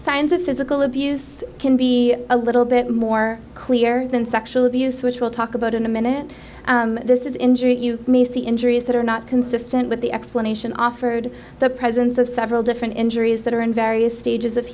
signs of physical abuse can be a little bit more clear than sexual abuse which we'll talk about in a minute this is injury you may see injuries that are not consistent with the explanation offered the presence of several different injuries that are in various stages of